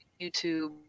YouTube